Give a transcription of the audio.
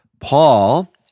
Paul